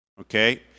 okay